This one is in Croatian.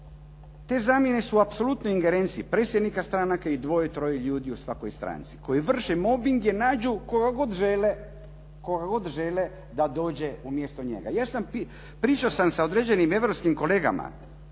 Te zamjene su u apsolutnoj ingerenciji predsjednika stranaka i dvoje, troje ljudi u svakoj stranci koji vrše mobing i nađu koga god žele da dođe umjesto njega. Pričao sam sa određenim europskim kolegama.